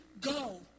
Go